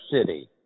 City